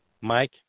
Mike